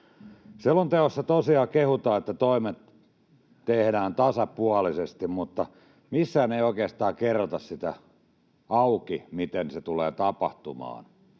Selonteossa tosiaan kehutaan, että toimet tehdään tasapuolisesti, mutta missään ei oikeastaan kerrota auki sitä, miten se tulee tapahtumaan.